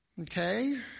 Okay